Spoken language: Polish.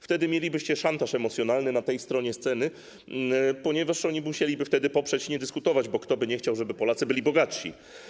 Wtedy mielibyście szantaż emocjonalny po tej stronie sceny, ponieważ oni musieliby wtedy to poprzeć i nie dyskutować, bo kto by nie chciał, żeby Polacy byli bogatsi.